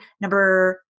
number